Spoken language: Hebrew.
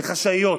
וחשאיות.